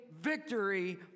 victory